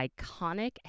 iconic